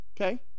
Okay